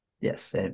Yes